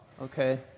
okay